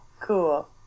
cool